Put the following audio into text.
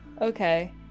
Okay